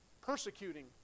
persecuting